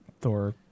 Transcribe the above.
Thor